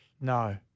No